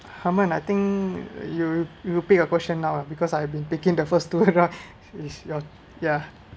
herman I think you you pick your question now ah because I've been picking the first two round is your ya